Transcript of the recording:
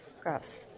Gross